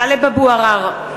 (קוראת בשמות חברי הכנסת) טלב אבו עראר,